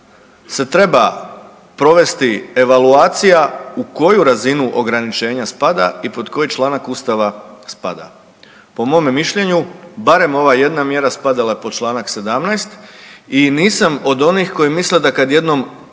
se treba provesti evaluacija u koju razinu ograničenja spada i pod koji članak Ustava spada. Po mome mišljenju, barem ova jedna mjera spadala je pod čl. 17. i nisam od onih koji misle da kad jednom